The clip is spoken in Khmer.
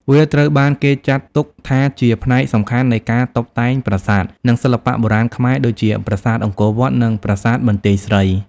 វាត្រូវបានគេចាត់ទុកថាជាផ្នែកសំខាន់នៃការតុបតែងប្រាសាទ និងសិល្បៈបុរាណខ្មែរ ដូចជា ប្រាសាទអង្គរវត្ត និងប្រាសាទបន្ទាយស្រី។